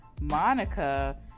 Monica